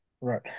Right